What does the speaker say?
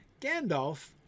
Gandalf